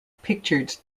pictured